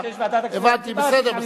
אני מבקש ועדת הכספים, הבנתי, בסדר, בסדר.